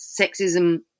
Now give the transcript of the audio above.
sexism